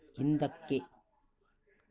ಹಿಂದಕ್ಕೆ